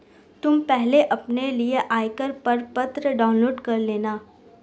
तुम पहले अपने लिए आयकर प्रपत्र डाउनलोड कर लेना